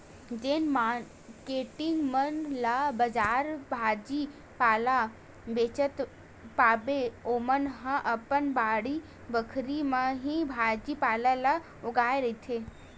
जेन मारकेटिंग मन ला बजार भाजी पाला बेंचत पाबे ओमन ह अपन बाड़ी बखरी म ही भाजी पाला ल उगाए रहिथे